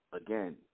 again